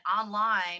online